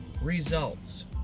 Results